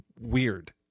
weird